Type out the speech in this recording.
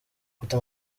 guta